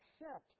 accept